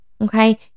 Okay